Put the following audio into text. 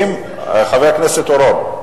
חבר הכנסת אורון,